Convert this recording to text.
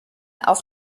auf